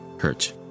hurt